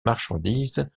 marchandises